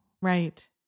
Right